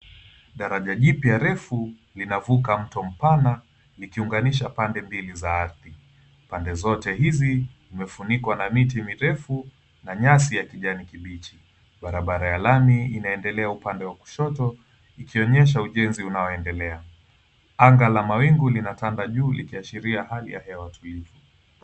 Daraja jipya refu linavuka mto mpana likiunganisha pande mbili za ardhi. Pande zote hizi zimefunikwa na nyasi ya kijani kibichi. Barabara ya lami inaendelea upande wa kushoto ikionyesha ujenzi unaoendelea. Anga la mawingu linatanda juu likiashiria hali ya hewa tulivu.